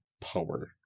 power